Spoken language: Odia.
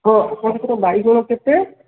ହଁ ଆପଣଙ୍କର ବାଇଗଣ କେତେ